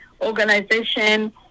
organization